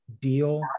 deal